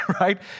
right